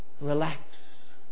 relax